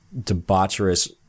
debaucherous